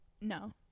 No